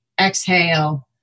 exhale